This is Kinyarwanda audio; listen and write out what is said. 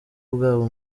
bwabo